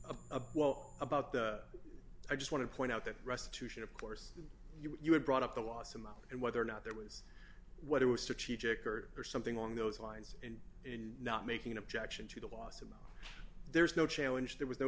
a well about the i just want to point out that restitution of course you were brought up the loss of money and whether or not there was what it was strategic or something along those lines and in not making an objection to the lawsuit there's no challenge there was no